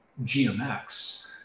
GMX